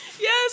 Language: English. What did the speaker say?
Yes